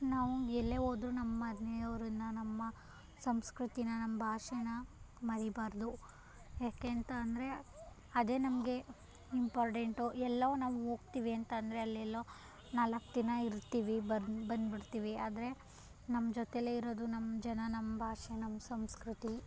ನಾವು ಎಲ್ಲೇ ಹೋದ್ರೂ ನಮ್ಮ ಮನೆಯವ್ರನ್ನು ನಮ್ಮ ಸಂಸ್ಕೃತಿನ ನಮ್ಮ ಭಾಷೆನಾ ಮರೀಬಾರ್ದು ಯಾಕೆ ಅಂತ ಅಂದರೆ ಅದೇ ನಮಗೆ ಇಂಪಾರ್ಡೆಂಟು ಎಲ್ಲೋ ನಾವು ಹೋಗ್ತೀವಿ ಅಂತಂದರೆ ಅಲ್ಲೆಲ್ಲೋ ನಾಲ್ಕು ದಿನ ಇರ್ತೀವಿ ಬಂದು ಬಂದುಬಿಡ್ತೀವಿ ಆದರೆ ನಮ್ಮ ಜೊತೆಯಲ್ಲೇ ಇರೋದು ನಮ್ಮ ಜನ ನಮ್ಮ ಭಾಷೆ ನಮ್ಮ ಸಂಸ್ಕೃತಿ